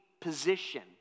position